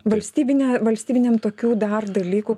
valstybinę valstybiniam tokių dar dalykų